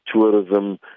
tourism